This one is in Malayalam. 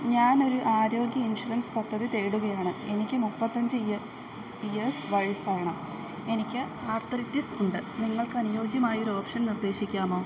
ഞാനൊരു ആരോഗ്യ ഇൻഷുറൻസ് പദ്ധതി തേടുകയാണ് എനിക്ക് മുപ്പത്തിയഞ്ച് ഇയർസ് വയസ്സാണ് എനിക്ക് ആർത്രിറ്റിസ് ഉണ്ട് നിങ്ങൾക്ക് അനുയോജ്യമായ ഒരു ഓപ്ഷൻ നിർദ്ദേശിക്കാമോ